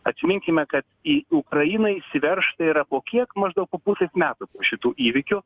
atsiminkime kad į ukrainą įsiveržta yra po kiek maždaug po pusės metų šitų įvykių